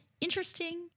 interesting